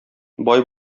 бай